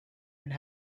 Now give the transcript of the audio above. and